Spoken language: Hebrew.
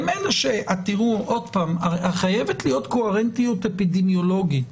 חייבת להיות קוהרנטיות אפידמיולוגית.